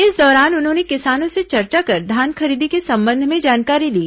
इस दौरान उन्होंने किसानों से चर्चा कर धान खरीदी के संबंध में जानकारी ली